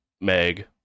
Meg